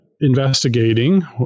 investigating